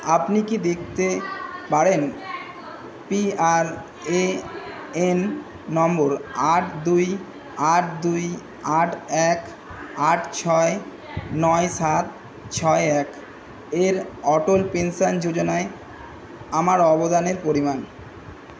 আপনি কি দেখতে পারেন পিআরএএন নম্বর আট দুই আট দুই আট এক আট ছয় নয় সাত ছয় এক এর অটল পেনশন যোজনায় আমার অবদানের পরিমাণ